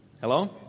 Hello